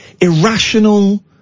irrational